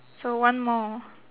so one more